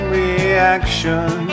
reaction